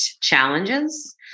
challenges